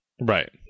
Right